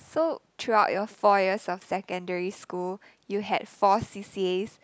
so throughout your four years of secondary school you had four c_c_as